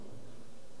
או שאני טועה?